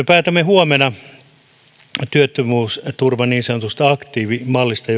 päätämme huomenna työttömyysturvan niin sanotusta aktiivimallista